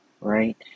right